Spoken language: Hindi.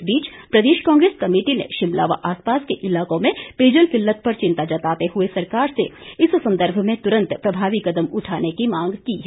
इस बीच प्रदेश कांग्रेस कमेटी ने शिमला व आसपास के इलाकों में पेयजल किल्लत पर चिंता जताते हुए सरकार से इस संदर्भ में तुरंत प्रभावी कदम उठाने की मांग की है